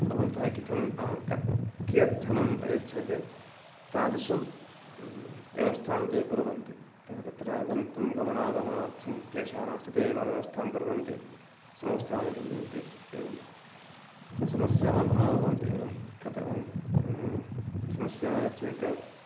भवन्तः कथं कियत् धनं प्रयच्छते तादृशं व्यवस्थां ते कुर्वन्ति अतः तत्र गन्तुं गमनागमनार्थं क्लेशः नास्ति ते एव व्यवस्थां कुर्वन्ति संस्थादिकं एवं समस्याः भवन्ति ततः समस्या चेत्